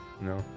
No